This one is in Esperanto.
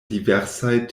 diversaj